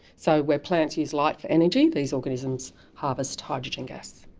so where plants use light for energy, these organisms harvest hydrogen gas,